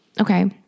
okay